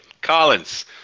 Collins